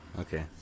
Okay